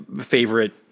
favorite